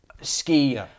ski